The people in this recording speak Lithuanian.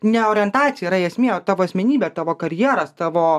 ne orientacija yra esmė o tavo asmenybė tavo karjera tavo